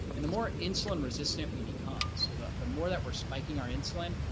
and the more insulin resistant we become. so the the more that we're spiking our insulin,